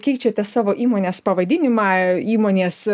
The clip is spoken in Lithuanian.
keičiate savo įmonės pavadinimą įmonės